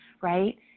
right